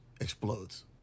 explodes